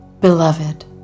Beloved